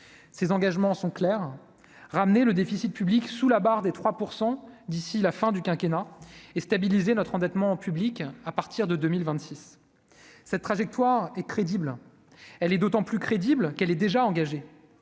ces engagements sont clairs : ramener le déficit public sous la barre des 3 % d'ici la fin du quinquennat et stabiliser notre endettement public à partir de 2026 cette trajectoire et crédible, elle est d'autant plus crédible qu'elle est déjà engagé,